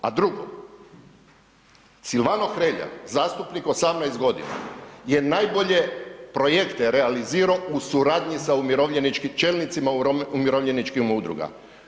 A drugo, Silvano Hrelja, zastupnik 18.g. je najbolje projekte realiziro u suradnji sa umirovljeničkim čelnicima umirovljeničkih udruga.